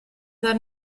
dal